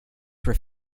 where